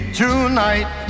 tonight